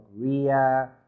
Korea